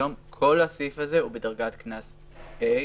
היום כל הסעיף הוא בדרגת קנס ה',